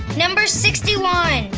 number sixty one,